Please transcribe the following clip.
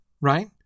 right